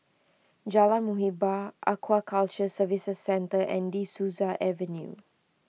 Jalan Muhibbah Aquaculture Services Centre and De Souza Avenue